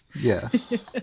yes